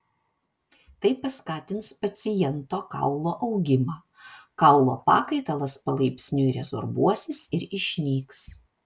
tai paskatins paciento kaulo augimą kaulo pakaitalas palaipsniui rezorbuosis ir išnyks